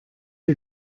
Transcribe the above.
you